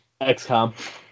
XCOM